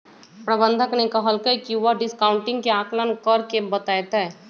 प्रबंधक ने कहल कई की वह डिस्काउंटिंग के आंकलन करके बतय तय